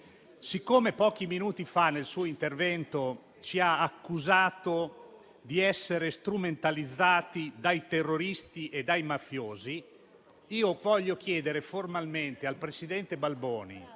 Siccome pochi minuti fa, nel suo intervento, ci ha accusati di essere strumentalizzati dai terroristi e dai mafiosi, voglio chiedere formalmente al presidente Balboni,